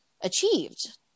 achieved